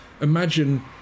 Imagine